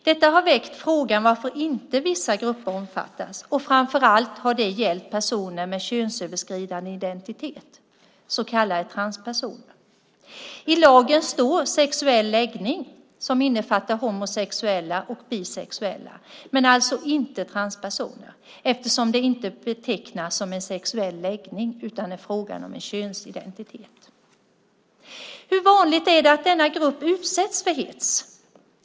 Detta har väckt frågan varför inte vissa grupper omfattas, och framför allt har det gällt personer med könsöverskridande identitet, så kallade transpersoner. I lagen står det sexuell läggning som innefattar homosexuella och bisexuella, men alltså inte transpersoner, eftersom det inte betecknas som en sexuell läggning utan är fråga om en könsidentitet. Hur vanligt är det att denna grupp utsätts för hets?